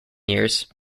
years